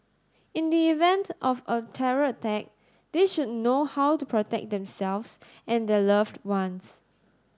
in the event of a terror attack they should know how to protect themselves and their loved ones